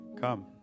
Come